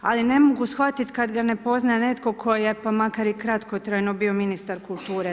Ali ne mogu shvatiti kada ga ne poznaje netko tko je pa makar i kratkotrajno bio ministar kulture.